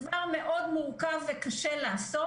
זה דבר מאוד מורכב וקשה לעשות.